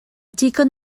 digon